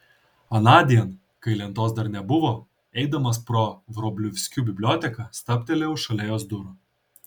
anądien kai lentos dar nebuvo eidamas pro vrublevskių biblioteką stabtelėjau šalia jos durų